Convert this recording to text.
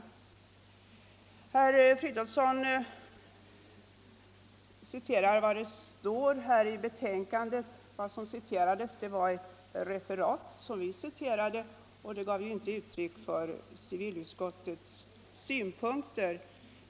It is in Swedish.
Det som herr Fridolfsson citerade ur betänkandet var ett referat av en ofta förekommande motivering för avslag av ersättningskrav i rättstillämpningen. Det ger inte uttryck för utskottets synpunkter.